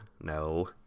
no